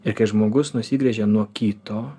ir kai žmogus nusigręžia nuo kito